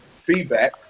Feedback